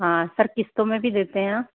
हाँ सर किस्तों में भी देते हैं आप